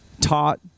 taught